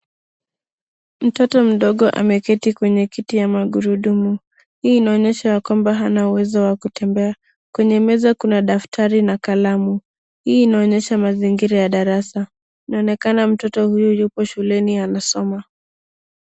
Mtoto mdogo ameketi kwenye kiti ya magurudumu, hii inaonyesha ya kwanba hana uwezo wa kutembea. Kwenye meza kuna daftari na kalamu hii inaonyesha mazingira ya darasa. Inaonekana mtoto huyu yuko darasani anasoma.